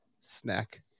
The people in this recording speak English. snack